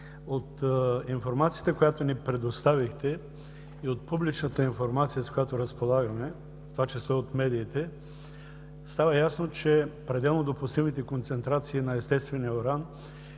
От информацията, която ни предоставихте, и от публичната информация, с която разполагаме, в това число и от медиите, става ясно, че пределно допустимите концентрации на естествения уран